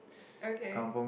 okay